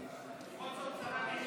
את העסקים הקטנים והבינוניים,